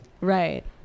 Right